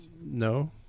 No